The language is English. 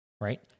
right